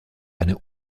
eine